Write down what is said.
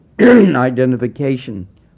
identification